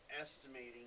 Estimating